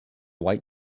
white